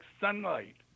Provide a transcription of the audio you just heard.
sunlight